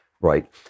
right